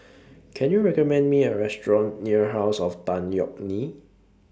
Can YOU recommend Me A Restaurant near House of Tan Yeok Nee